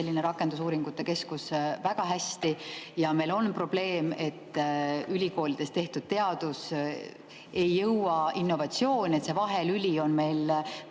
selline rakendusuuringute keskus väga hästi. Ja meil on probleem, et ülikoolides tehtud teadus ei jõua innovatsiooni, see vahelüli on meil